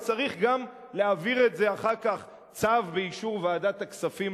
אז צריך גם להעביר את זה אחר כך צו באישור ועדת הכספים,